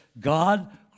God